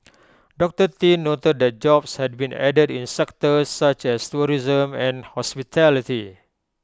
doctor tin noted that jobs had been added in sectors such as tourism and hospitality